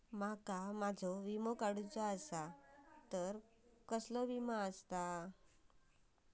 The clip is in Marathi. माका माझो विमा काडुचो असा तर कसलो विमा आस्ता?